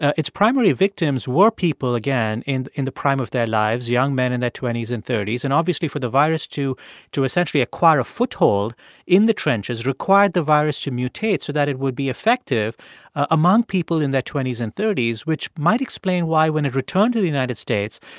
its primary victims were people, again, in in the prime of their lives, young men in their twenty s and thirty s and obviously for the virus to to essentially acquire a foothold in the trenches required the virus to mutate so that it would be effective among people in their twenty s and thirty s, which might explain why, when it returned to the united states,